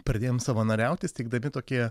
pradėjom savanoriauti įsteigdami tokį